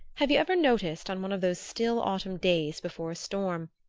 have you ever noticed, on one of those still autumn days before a storm,